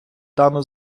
дану